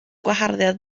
gwaharddiad